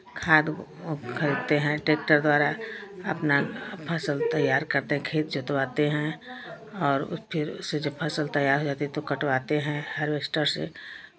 खाद ओद खरीदते हैं ट्रैक्टर द्वारा अपना फसल तैयार करते हैं खेत जोतवाते हैं और फिर उससे जब फसल तैयार हो जाती है तो कटवाते हैं हार्वेस्टर से